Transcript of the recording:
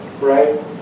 right